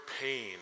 pain